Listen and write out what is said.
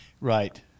right